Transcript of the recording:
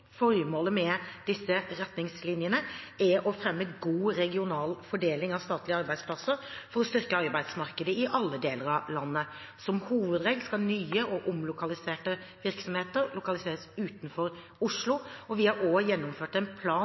Formålet med disse retningslinjene er å fremme god regional fordeling av statlige arbeidsplasser for å styrke arbeidsmarkedene i alle deler av landet. Som hovedregel skal nye og omlokaliserte virksomheter lokaliseres utenfor Oslo, og vi har også gjennomført en plan